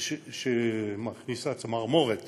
שמכניסה צמרמורת